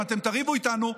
אם אתם תריבו איתנו,